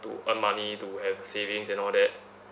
to earn money to have savings and all that